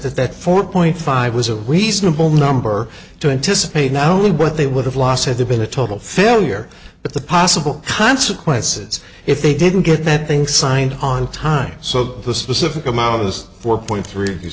that that four point five was a reasonable number to anticipate now only what they would have lost had there been a total failure but the possible consequences if they didn't get that thing signed on time so the specific amount of those four point